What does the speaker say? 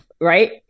Right